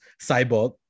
cyborg